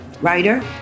writer